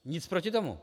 Nic proti tomu.